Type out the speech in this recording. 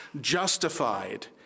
justified